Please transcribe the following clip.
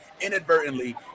inadvertently